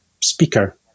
speaker